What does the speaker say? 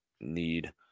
need